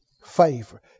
Favor